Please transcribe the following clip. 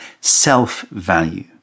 self-value